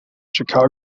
chicago